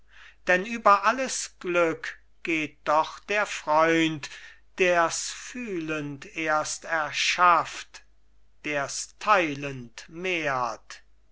denn über alles glück geht doch der freund ders fühlend erst erschafft ders teilend mehrt